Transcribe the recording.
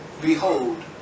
behold